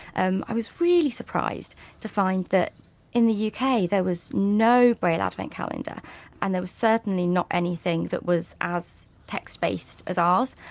and i was really surprised to find that in the yeah uk there was no braille advent calendar and there was certainly not anything that was as text based as ours.